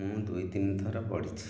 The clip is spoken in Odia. ମୁଁ ଦୁଇ ତିନି ଥର ପଢ଼ିଛି